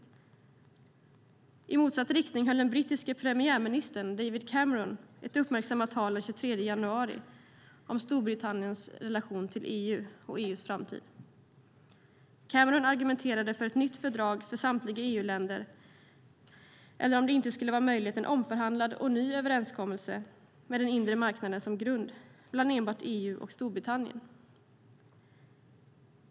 Å andra sidan, och i motsatt riktning, höll den brittiske premiärministern David Cameron ett uppmärksammat tal den 23 januari om Storbritanniens relation till EU och om EU:s framtid. Cameron argumenterade för ett nytt fördrag för samtliga EU-länder eller, om det inte skulle vara möjligt, en omförhandlad och ny överenskommelse, med den inre marknaden som grund, mellan enbart EU och Storbritannien.